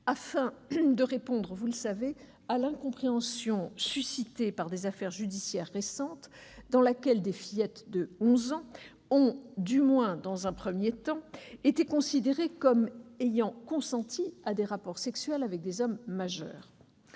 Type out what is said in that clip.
afin de répondre à l'incompréhension suscitée par des affaires judiciaires récentes dans lesquelles des fillettes de onze ans ont, du moins dans un premier temps, été considérées comme ayant consenti à des rapports sexuels avec des hommes majeurs.